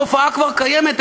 התופעה כבר קיימת,